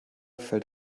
fällt